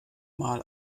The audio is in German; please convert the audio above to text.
mal